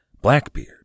Blackbeard